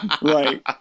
Right